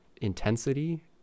intensity